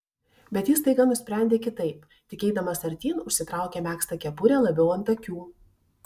bet jis staiga nusprendė kitaip tik eidamas artyn užsitraukė megztą kepurę labiau ant akių